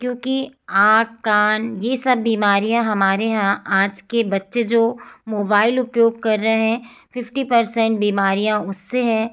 क्योंकि आँख कान ये सब बीमारियाँ हमारे यहाँ आज के बच्चे जो मोबाइल उपयोग कर रहें हैं फिफ्टी पर्सेंट बीमारियाँ उससे हैं